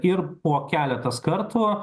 ir po keletas kartų